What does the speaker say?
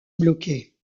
bloqués